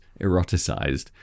eroticized